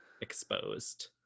Exposed